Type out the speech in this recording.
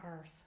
earth